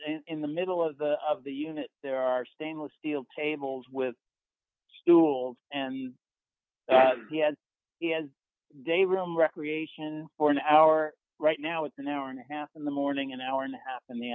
in the middle of the of the unit there are stainless steel tables with stools and he had in de room recreation for an hour right now it's an hour and a half in the morning an hour and a half in the